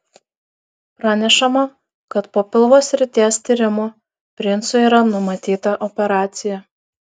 pranešama kad po pilvo srities tyrimų princui yra numatyta operacija